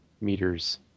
meters